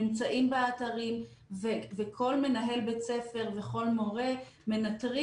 נמצאים באתרים וכל מנהל בית ספר וכל מורה מנטרים